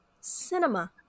cinema